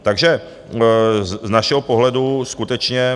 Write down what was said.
Takže z našeho pohledu skutečně...